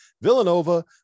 villanova